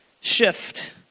shift